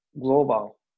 global